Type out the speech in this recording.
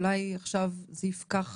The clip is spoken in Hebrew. אולי עכשיו זה יפקח